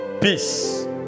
peace